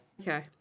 Okay